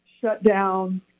shutdown